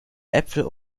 äpfel